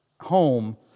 home